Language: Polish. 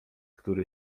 który